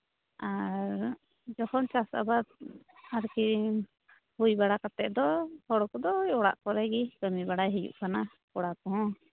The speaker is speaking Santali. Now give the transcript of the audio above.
ᱟᱨ ᱡᱚᱠᱷᱚᱱ ᱪᱟᱥ ᱟᱵᱟᱫᱽ ᱟᱨᱠᱤ ᱦᱩᱭ ᱵᱟᱲᱟ ᱠᱟᱛᱮᱫ ᱫᱚ ᱦᱚᱲ ᱠᱚᱫᱚ ᱳᱭ ᱚᱲᱟᱜ ᱠᱚᱨᱮ ᱜᱮ ᱠᱟᱹᱢᱤ ᱵᱟᱲᱟᱭ ᱦᱩᱭᱩᱜ ᱠᱟᱱᱟ ᱠᱚᱲᱟ ᱠᱚᱦᱚᱸ